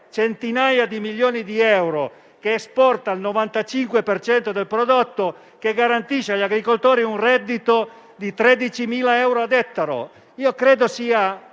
centinaia di milioni di euro, esporta il 95 per cento del prodotto e garantisce agli agricoltori un reddito di 13.000 euro ad ettaro? Credo sia